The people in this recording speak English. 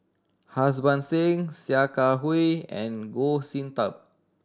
Harbans Singh Sia Kah Hui and Goh Sin Tub